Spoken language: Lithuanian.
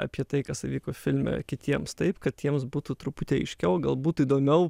apie tai kas įvyko filme kitiems taip kad jiems būtų truputį aiškiau gal būtų įdomiau